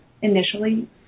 initially